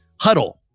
Huddle